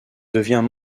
devient